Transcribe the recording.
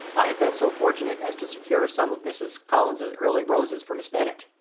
i have been so fortunate as to secure some of mrs. collins's early roses for miss bennet.